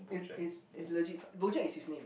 it's it's it's legit BoJack is his name